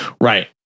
right